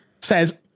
says